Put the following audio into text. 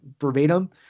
verbatim